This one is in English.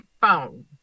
phone